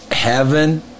Heaven